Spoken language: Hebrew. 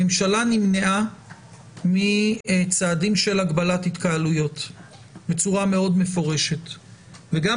הממשלה נמנעה מצעדים של הגבלת התקהלויות בצורה מאוד מפורשת וגם